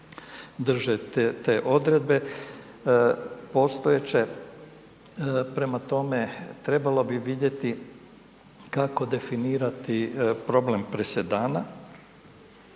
drže te odredbe postojeće. Prema tome, trebalo bi vidjeti kako definirati problem presedana